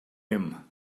him